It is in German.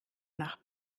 nach